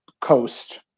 coast